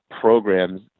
programs